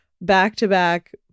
back-to-back